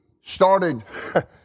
started